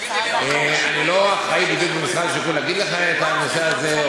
אני לא אחראי במשרד השיכון בדיוק להגיד לך בנושא הזה,